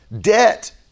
Debt